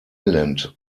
island